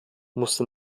musste